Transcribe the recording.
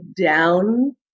down